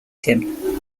him